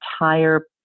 entire